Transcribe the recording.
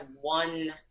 one